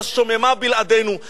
השוממה בלעדינו,